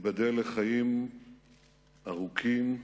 ייבדל לחיים ארוכים ובריאים,